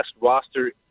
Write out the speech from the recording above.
roster